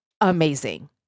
amazing